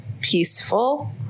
peaceful